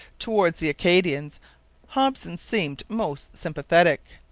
towards the acadians hopson seemed most sympathetic.